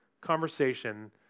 conversation